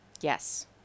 Yes